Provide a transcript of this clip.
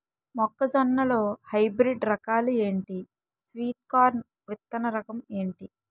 మొక్క జొన్న లో హైబ్రిడ్ రకాలు ఎంటి? స్వీట్ కార్న్ విత్తన రకం ఏంటి?